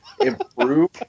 improve